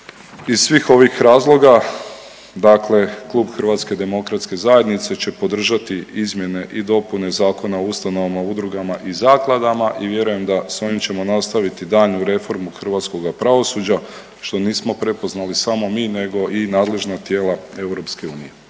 Iz svih ovih razloga dakle Klub HDZ-a će podržati izmjene i dopune Zakona o ustanovama, udrugama i zakladama i vjerujem da s ovim ćemo nastaviti daljnju reformu hrvatskoga pravosuđa, što nismo prepoznali samo mi nego i nadležna tijela EU. Zahvaljujem.